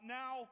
now